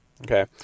Okay